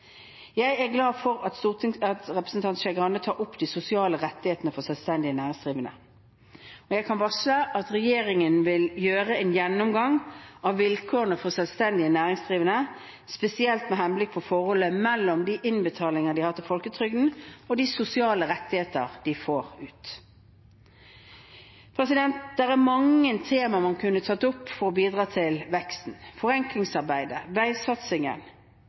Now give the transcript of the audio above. Jeg er glad for at representanten Skei Grande tar opp de sosiale rettighetene for selvstendig næringsdrivende. Jeg kan varsle at regjeringen vil gjøre en gjennomgang av vilkårene for selvstendig næringsdrivende, spesielt med henblikk på forholdet mellom innbetalinger til folketrygden og sosiale rettigheter. Det er mange temaer en kunne tatt opp som bidrar til veksten – forenklingsarbeid, veisatsingen